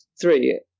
three